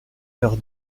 air